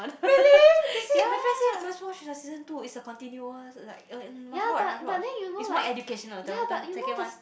really they say my friend say must watch the season two it's the continuous like uh must watch must watch is more education the the second one